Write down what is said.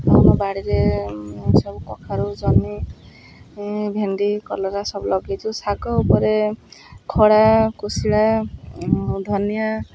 ଆଉ ଆମ ବାଡ଼ିରେ ସବୁ କଖାରୁ ଜହ୍ନି ଭେଣ୍ଡି କଲରା ସବୁ ଲଗେଇଛୁ ଶାଗ ଉପରେ ଖଡ଼ା କୋଶଳା ଧନିଆ